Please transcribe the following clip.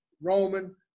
Roman